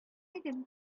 идем